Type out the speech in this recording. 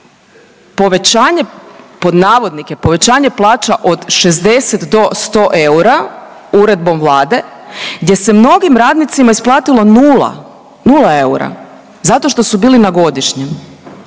povećanje pod navodnike povećanje plaća od 60 do 100 eura uredbom Vlade gdje se mnogim radnicima isplatilo nula, nula eura zato što su bili na godišnjem.